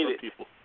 people